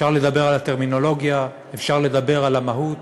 אפשר לדבר על הטרמינולוגיה, אפשר לדבר על המהות,